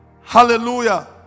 Hallelujah